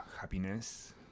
happiness